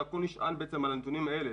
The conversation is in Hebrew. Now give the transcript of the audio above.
הכול נשען על הנתונים האלה,